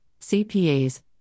CPAs